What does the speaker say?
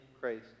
Christ